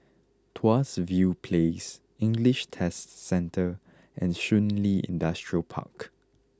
Tuas View Place English Test Centre and Shun Li Industrial Park